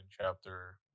chapter